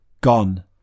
gone